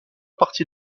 partie